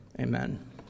Amen